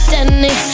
Denny